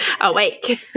awake